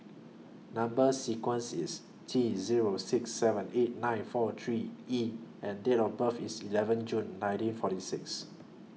Number sequence IS T Zero six seven eight nine four three E and Date of birth IS eleven June nineteen forty six